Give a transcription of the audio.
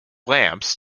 lamps